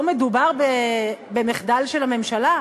לא מדובר במחדל של הממשלה,